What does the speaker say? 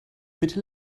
bitte